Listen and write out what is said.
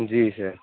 جی سر